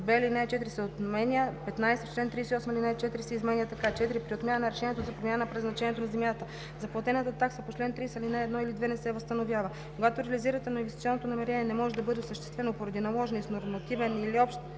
алинея 4 се отменя. 15. В чл. 38 ал. 4 се изменя така: „(4) При отмяна на решението за промяна на предназначението на земята, заплатената такса по чл. 30, ал. 1 или 2 не се възстановява. Когато реализирането на инвестиционното намерение не може да бъде осъществено поради наложени с нормативен или общ